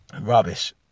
Rubbish